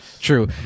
true